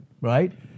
right